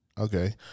Okay